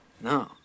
No